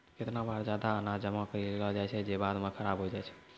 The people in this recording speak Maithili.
केतना बार जादा अनाज जमा करि लेलो जाय छै जे बाद म खराब होय जाय छै